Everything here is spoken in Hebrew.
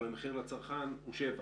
אבל המחיר לצרכן הוא 7 שקלים.